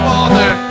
Father